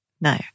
No